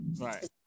Right